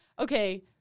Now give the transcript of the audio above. Okay